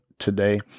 today